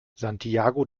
santiago